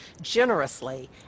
generously